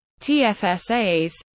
TFSAs